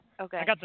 Okay